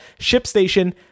ShipStation